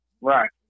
Right